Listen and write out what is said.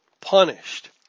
punished